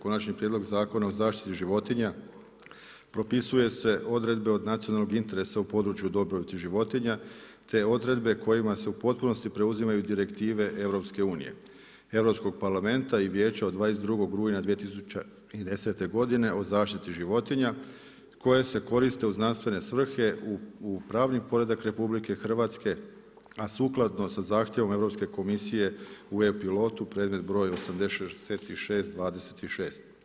Konačni prijedlog Zakona o zaštiti životinja, propisuju se odredbe od nacionalnog interesa u području dobrobiti životinja, te odredbe kojim se u potpunosti preuzimanju direktive EU-a, Europskog parlamenta i Vijeća od 22. rujna 2010. godine o zaštiti životinja koje se koriste u znanstvene svrhe, u pravni poredak RH a sukladno sa zahtjevom Europske komisije u e-pilotu, predmet 86/26.